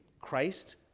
Christ